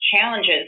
challenges